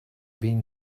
been